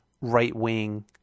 right-wing